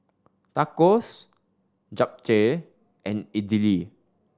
Tacos Japchae and Idili